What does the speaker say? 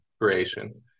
creation